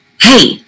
hey